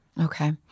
Okay